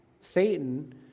Satan